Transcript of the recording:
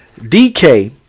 DK